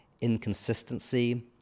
inconsistency